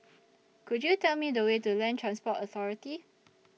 Could YOU Tell Me The Way to Land Transport Authority